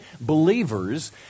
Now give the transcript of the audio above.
believers